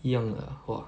一样的 !wah!